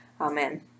Amen